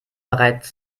bereits